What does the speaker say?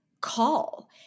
call